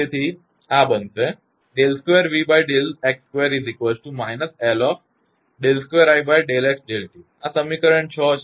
તેથી આ બનશે આ સમીકરણ 6 છે